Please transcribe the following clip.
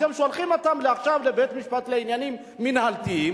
אתם שולחים אותם עכשיו לבית-משפט לעניינים מינהליים,